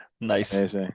Nice